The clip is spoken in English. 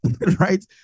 right